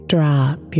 Drop